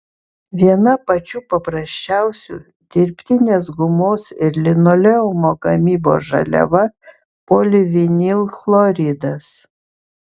viena pačių paprasčiausių dirbtinės gumos ir linoleumo gamybos žaliava polivinilchloridas